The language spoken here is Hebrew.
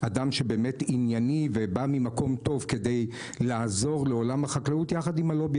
אדם ענייני שבא ממקום טוב כדי לעזור לעולם החקלאות יחד עם הלובי